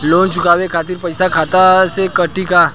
Loan चुकावे खातिर पईसा खाता से कटी का?